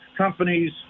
companies